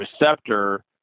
receptor